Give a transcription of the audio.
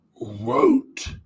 wrote